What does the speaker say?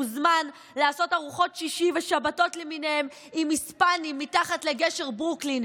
מוזמן לעשות ארוחות שישי ושבתות למיניהן עם היספנים מתחת לגשר ברוקלין,